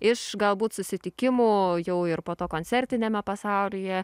iš galbūt susitikimų jau ir po to koncertiniame pasaulyje